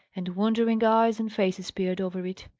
and wondering eyes and faces peered over it.